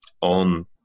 on